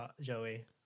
Joey